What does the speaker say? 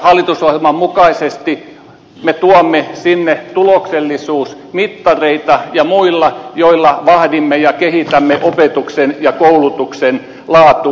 hallitusohjelman mukaisesti me tuomme sinne tuloksellisuusmittareita ja muita joilla vahdimme ja kehitämme opetuksen ja koulutuksen laatua